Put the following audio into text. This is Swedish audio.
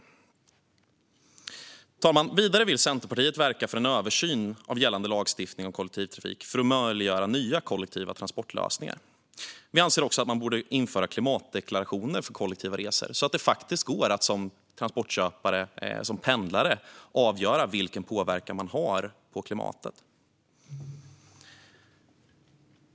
Herr talman! Centerpartiet vill vidare verka för en översyn av gällande lagstiftning om kollektivtrafik för att möjliggöra nya kollektiva transportlösningar. Vi anser också att man bör införa klimatdeklarationer för kollektiva resor så att det går att som transportköpare och pendlare avgöra vilken påverkan man har på klimatet.